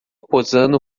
posando